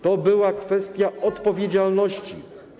To była kwestia odpowiedzialności.